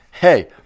Hey